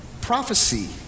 prophecy